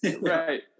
Right